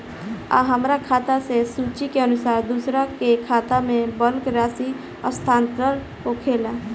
आ हमरा खाता से सूची के अनुसार दूसरन के खाता में बल्क राशि स्थानान्तर होखेला?